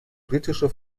britische